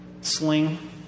sling